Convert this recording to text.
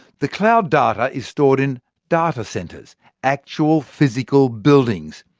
the cloud data is stored in data centres actual physical buildings.